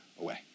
away